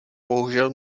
bohužel